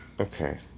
Okay